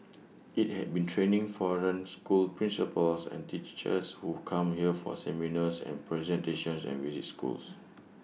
IT has been training foreign school principals and teachers who come here for seminars and presentations and visit schools